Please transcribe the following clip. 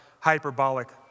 hyperbolic